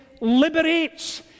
liberates